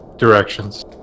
Directions